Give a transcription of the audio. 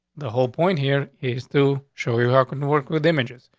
the whole point here is to show you how couldn't work with images.